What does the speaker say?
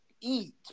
eat